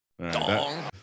Dong